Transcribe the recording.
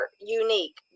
unique